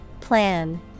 Plan